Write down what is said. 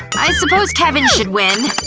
i suppose kevin should win.